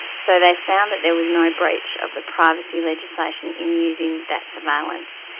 so they found that there was no breach of the privacy legislation in using that surveillance.